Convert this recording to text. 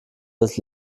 als